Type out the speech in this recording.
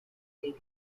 dating